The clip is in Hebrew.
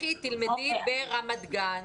לכי תלמדי ברמת גן.